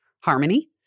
harmony